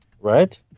Right